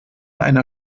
einer